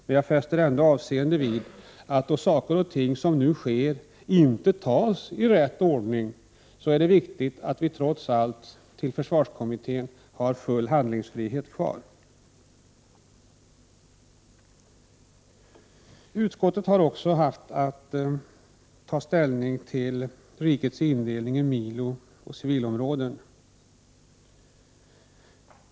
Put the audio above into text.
Men då saker och ting nu inte tas i rätt ordning, så är det viktigt att försvarskommittén trots allt har full handlingsfrihet kvar. 17 Prot. 1988/89:121 = Utskottet har också haft att ta ställning till rikets indelning i milooch 25 maj 1989 civilområden.